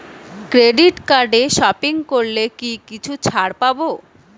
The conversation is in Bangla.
ক্রেডিট কার্ডে সপিং করলে কি কিছু ছাড় পাব?